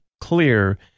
clear